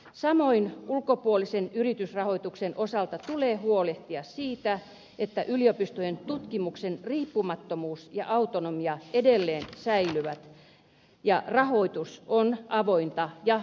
samoin ulkopuolisen yritysrahoituksen osalta tulee huolehtia siitä että yliopistojen tutkimuksen riippumattomuus ja autonomia edelleen säilyvät ja rahoitus on avointa ja julkista